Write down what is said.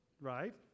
Right